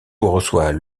reçoit